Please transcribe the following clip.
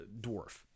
dwarf